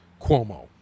Cuomo